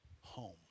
home